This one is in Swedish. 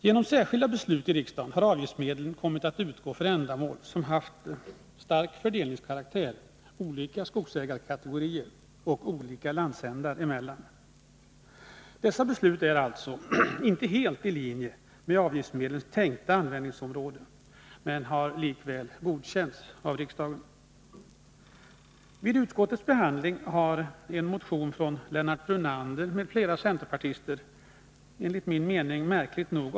Genom särskilda beslut i riksdagen har avgiftsmedlen kommit att utgå för ändamål som har haft stark fördelningskaraktär olika skogsägarkategorier och olika landsändar emellan. Dessa beslut är alltså inte helt i linje med avgiftsmedlens tänkta användningsområde men har likväl godkänts av riksdagen. Vid utskottets behandling har en motion av Lennart Brunander m.fl. centerpartister avstyrkts, vilket enligt min mening är märkligt.